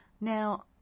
Now